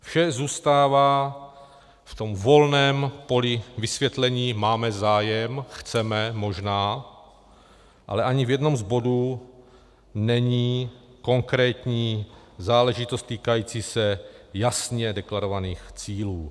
Vše zůstává v tom volném poli vysvětlení máme zájem, chceme, možná ale ani v jednom z bodů není konkrétní záležitost týkající se jasně deklarovaných cílů.